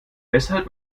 weshalb